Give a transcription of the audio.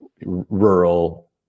rural